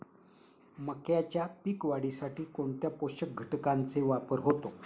मक्याच्या पीक वाढीसाठी कोणत्या पोषक घटकांचे वापर होतो?